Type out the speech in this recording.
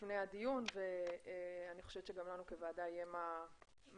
הדיון ואני חושבת שגם לנו כוועדה יהיה מה לומר.